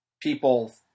people